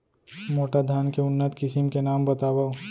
मोटा धान के उन्नत किसिम के नाम बतावव?